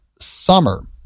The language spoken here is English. summer